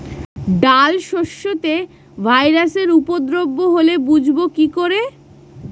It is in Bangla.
ডাল শস্যতে ভাইরাসের উপদ্রব হলে বুঝবো কি করে?